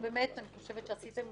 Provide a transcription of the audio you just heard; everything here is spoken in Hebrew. ובאמת אני חושבת שעשיתם